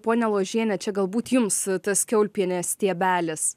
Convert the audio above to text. ponia ložiene čia galbūt jums tas kiaulpienės stiebelis